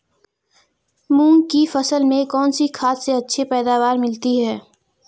मूंग की फसल में कौनसी खाद से अच्छी पैदावार मिलती है?